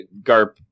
Garp